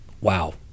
Wow